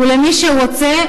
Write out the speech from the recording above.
ולמי שרוצה,